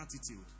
attitude